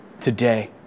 today